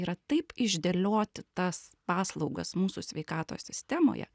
yra taip išdėlioti tas paslaugas mūsų sveikatos sistemoje